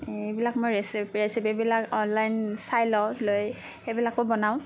সেইবিলাক মই ৰেচিপি ৰেচিপিবিলাক অনলাইন চাই লওঁ লৈ সেইবিলাকো বনাওঁ